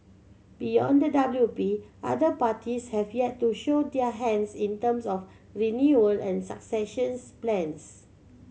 beyond the W P other parties have yet to show their hands in terms of renewal and successions plans